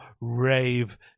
rave